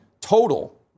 total